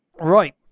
right